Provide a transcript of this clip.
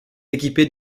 équipée